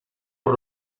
por